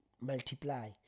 multiply